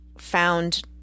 Found